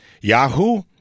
Yahoo